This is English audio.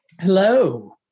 Hello